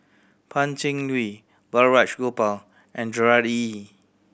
Pan Cheng Lui Balraj Gopal and Gerard Ee